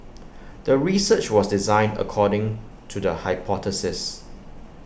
the research was designed according to the hypothesis